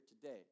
today